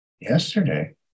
Yesterday